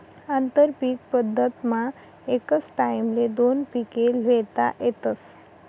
आंतरपीक पद्धतमा एकच टाईमले दोन पिके ल्हेता येतस